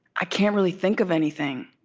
i can't really think of anything